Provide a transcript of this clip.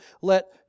let